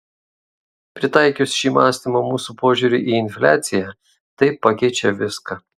pritaikius šį mąstymą mūsų požiūriui į infliaciją tai pakeičia viską